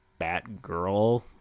Batgirl